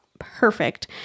perfect